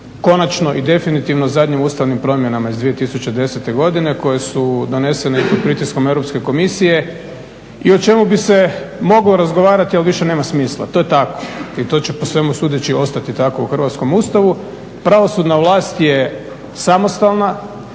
konačno i definitivno zadnjim ustavnim promjenama iz 2010. godine koje su donesene pod pritiskom Europske komisije i o čemu bi se moglo razgovarati ali više nema smisla. To je tako i to će po svemu sudeći ostati tako u hrvatskom Ustavu. Pravosudna vlast je samostalna,